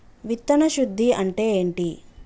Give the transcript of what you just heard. విత్తన శుద్ధి అంటే ఏంటి?